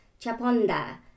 Chaponda